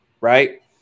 right